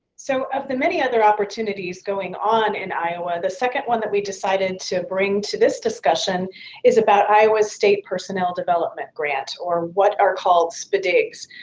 so of the many other opportunities going on in iowa, the second one we decided to bring to this discussion is about iowa's state personnel development grant or what are called spdgs,